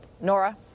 Nora